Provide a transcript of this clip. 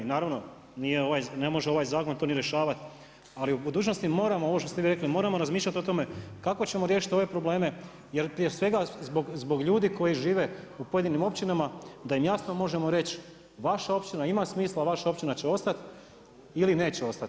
Naravno ne može ovaj zakon to ni rješavat, ali u budućnosti moramo ovo što ste vi rekli, moramo razmišljati o tome kako ćemo riješiti ove problem jer prije svega zbog ljudi koji žive u pojedinim općinama da im jasno možemo reći, vaša općina ima smisla, vaša općina će ostat ili neće ostat.